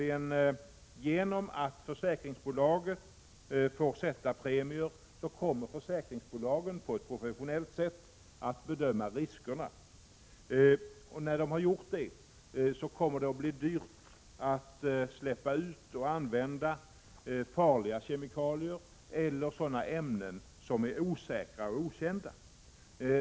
Genom att försäkringsbolagen får fastställa premier kommer försäkringsbolagen att på ett professionellt sätt bedöma riskerna. När de har gjort det, kommer det att bli dyrt att släppa ut och använda farliga kemikalier eller sådana ämnen som är osäkra och okända.